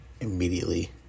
immediately